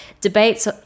debates